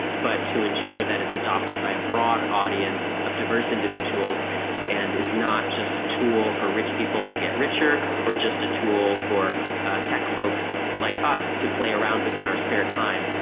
but to ensure that it's adopted by a broad audience of diverse individuals and is not just a tool for rich people to get richer or just a tool for tech folks like us to play around within our spare time.